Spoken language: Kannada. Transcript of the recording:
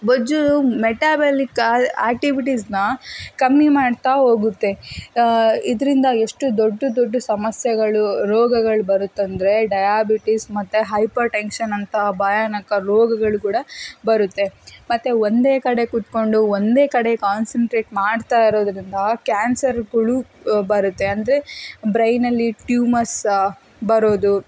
ಬೊಜ್ಜು ಮೆಟಾಬಲಿಕ್ ಆಕ್ಟಿವಿಟೀಸನ್ನ ಕಮ್ಮಿ ಮಾಡ್ತಾ ಹೋಗುತ್ತೆ ಇದರಿಂದ ಎಷ್ಟು ದೊಡ್ಡ ದೊಡ್ಡ ಸಮಸ್ಯೆಗಳು ರೋಗಗಳು ಬರುತ್ತಂದರೆ ಡಯಾಬಿಟಿಸ್ ಮತ್ತು ಹೈಪರ್ಟೆನ್ಶನ್ ಅಂತಹ ಭಯಾನಕ ರೋಗಗಳು ಕೂಡ ಬರುತ್ತೆ ಮತ್ತೆ ಒಂದೇ ಕಡೆ ಕೂತ್ಕೊಂಡು ಒಂದೇ ಕಡೆ ಕಾನ್ಸನ್ಟ್ರೇಟ್ ಮಾಡ್ತಾ ಇರೋದರಿಂದ ಕ್ಯಾನ್ಸರ್ಗಳು ಬರುತ್ತೆ ಅಂದ್ರೆ ಬ್ರೈನಲ್ಲಿ ಟ್ಯೂಮರ್ಸ್ ಬರೋದು